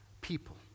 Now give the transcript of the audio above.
people